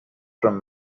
from